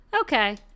okay